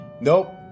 Nope